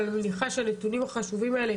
אבל אני מניחה שהנתונים החשובים האלה